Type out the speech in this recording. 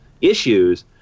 issues